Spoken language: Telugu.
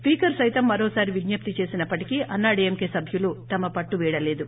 స్పీకర్ సైతం మరోసారి విజ్జప్తి చేసినప్పటికీ అన్నా డీఎంకే సభ్యులు తమ పట్లు వీడలేదు